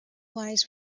lies